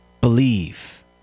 Believe